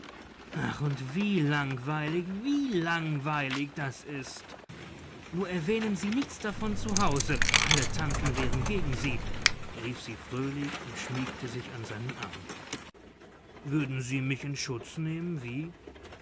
ach und wie langweilig wie langweilig das ist nur erwähnen sie nichts davon zu hause alle tanten waren gegen sie rief sie fröhlich und schmiegte sich an seinen arm würden sie mich in schutz nehmen wie